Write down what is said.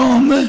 היום,